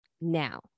now